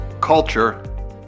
culture